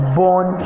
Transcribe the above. born